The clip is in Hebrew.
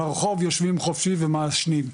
ברחוב יושבים חופשי ומעשנים,